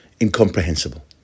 incomprehensible